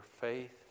faith